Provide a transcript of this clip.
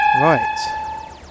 Right